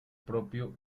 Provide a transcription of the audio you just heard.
propio